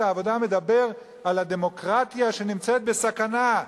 העבודה מדבר על הדמוקרטיה שנמצאת בסכנה,